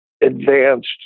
advanced